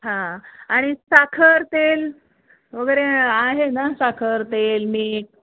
हा आणि साखर तेल वगैरे आहे ना साखर तेल मीठ